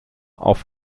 auf